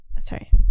sorry